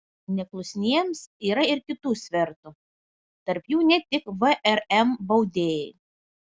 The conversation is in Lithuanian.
neklusniems yra ir kitų svertų tarp jų ne tik vrm baudėjai